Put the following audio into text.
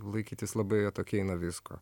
laikytis labai atokiai nuo visko